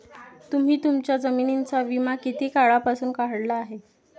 तुम्ही तुमच्या जमिनींचा विमा किती काळापासून काढला आहे?